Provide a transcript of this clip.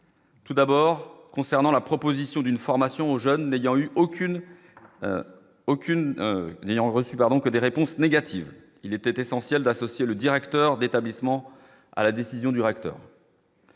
Tout d'abord, concernant la proposition d'une formation aux jeunes n'ayant eu aucune, aucune n'ayant reçu par donc des réponses négatives, il est essentiel d'associer le directeur d'établissement à la décision du recteur.